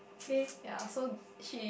okay